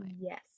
Yes